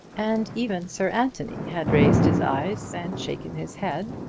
and even sir anthony had raised his eyes and shaken his head,